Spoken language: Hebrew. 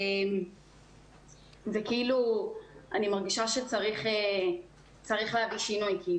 אני מרגישה שצריך להביא שינוי.